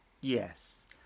Yes